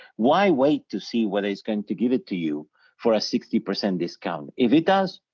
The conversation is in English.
why wait to see whether it's going to give it to you for a sixty percent discount, if it does,